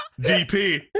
DP